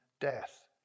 death